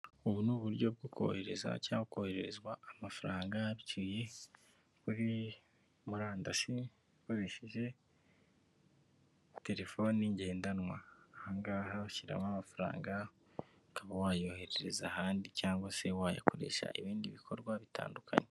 Ubu ni uburyo bwo kohereza cyangwa kohererezwa amafaranga biciye kuri murandasi ukoresheje telefoni ngendanwa, aha ngaha ushyiramo amafaranga ukaba wayoherereza ahandi cyangwa se wayakoresha ibindi bikorwa bitandukanye.